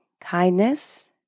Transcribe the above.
Kindness